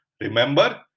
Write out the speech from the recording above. Remember